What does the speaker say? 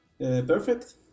Perfect